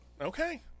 Okay